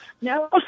no